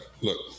look